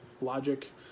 logic